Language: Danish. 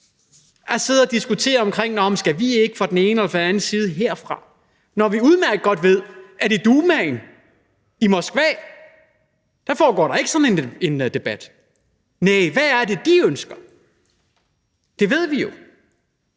at sidde og diskutere, om vi skal gøre det fra den ene eller den anden side herfra, når vi udmærket godt ved, at der ikke foregår sådan en debat i Dumaen i Moskva. Næh, hvad er det, de ønsker? Det ved vi jo.